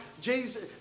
Jesus